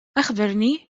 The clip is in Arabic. أخبرني